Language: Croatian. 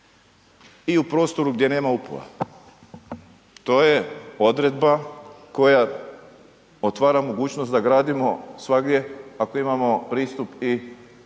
i u prostoru gdje nema upova. To je odredba koja otvara mogućnost da gradimo svagdje ako imamo pristup i odvodnju,